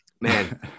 man